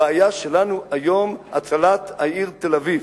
הבעיה שלנו היום היא הצלת העיר תל-אביב,